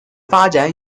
发展